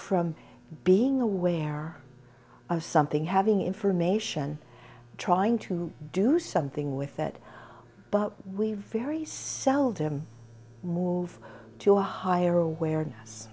from being aware of something having information trying to do something with that but we very seldom move to a higher awareness